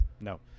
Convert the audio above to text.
No